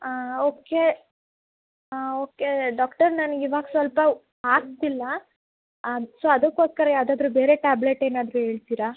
ಹಾಂ okay okay doctor ನಂಗೆ ಇವಾಗ ಸ್ವಲ್ಪ ಆಗ್ತಿಲ್ಲ ಸೋ ಅದಕ್ಕೋಸ್ಕರ ಯಾವುದಾದ್ರೂ ಬೇರೆ ಟ್ಯಾಬ್ಲೆಟ್ ಏನಾದ್ರೂ ಹೇಳ್ತೀರ